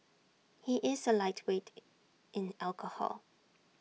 he is A lightweight in alcohol